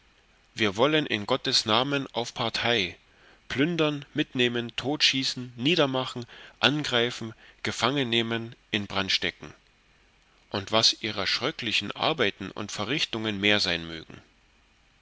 wir wollen in gottes namen auf partei plündern mitnehmen totschießen niedermachen angreifen gefangennehmen in brand stecken und was ihrer schröcklichen arbeiten und verrichtungen mehr sein mögen